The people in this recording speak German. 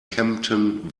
kempten